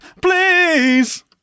please